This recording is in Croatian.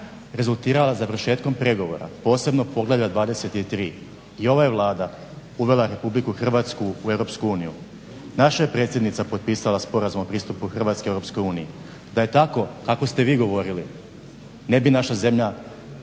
rezultirala završetkom pregovora, posebno poglavlja 23. I ova je Vlada uvela Republiku Hrvatsku u EU. Naša je predsjednica potpisala Sporazum o pristupu Hrvatske EU. Da je tako kako ste vi govorili ne bi naša zemlja